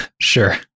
Sure